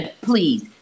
please